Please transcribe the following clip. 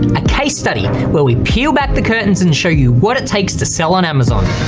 a case study, where we peel back the curtains and show you what it takes to sell on amazon.